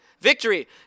Victory